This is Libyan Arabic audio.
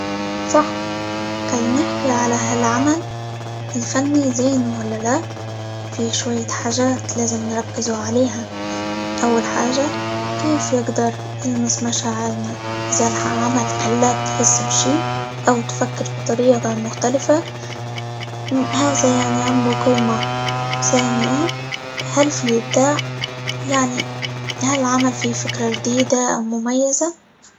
صح كي نحكي على هالعمل الفني زين ولا لأ؟ في شوية حاجات لازم نركزوا عليها، أول حاجة كيف يقدر يلمس مشاعرنا؟ إذا العمل خلاب تحس بشي، أو تفكر بطريقة مختلفة، هذا يعنى عنده قيمة، ثانيا هل فيه إبداع، يعنى هل العمل فيه فكرة جديدة، أو مميزة.